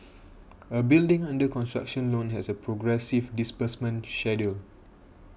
a building under construction loan has a progressive disbursement schedule